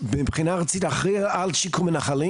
שמבחינה ארצית אחראי על שיקום הנחלים.